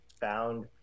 found